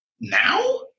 Now